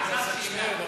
אלעזר, שאלה.